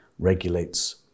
regulates